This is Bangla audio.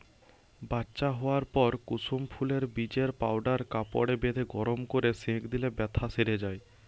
বাচ্চা হোয়ার পর কুসুম ফুলের বীজের পাউডার কাপড়ে বেঁধে গরম কোরে সেঁক দিলে বেথ্যা সেরে যায়